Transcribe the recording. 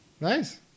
Nice